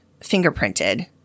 fingerprinted